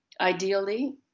ideally